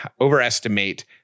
overestimate